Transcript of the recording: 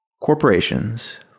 Corporations